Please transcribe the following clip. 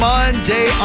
Monday